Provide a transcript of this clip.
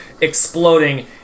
exploding